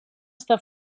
està